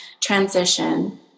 transition